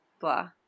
blah